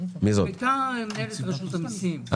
היא הייתה מנהלת רשות המסים.